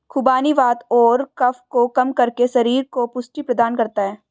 खुबानी वात और कफ को कम करके शरीर को पुष्टि प्रदान करता है